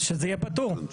שזה יהיה פטור.